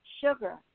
sugar